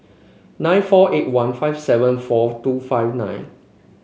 nine four eight one five seven four two five nine